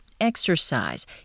exercise